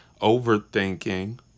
overthinking